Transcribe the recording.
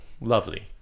lovely